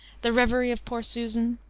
the reverie of poor susan,